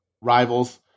rivals